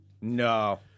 No